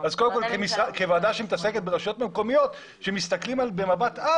אז קודם כוועדה שמתעסקת ברשויות מקומיות כשמסתכלים במבט-על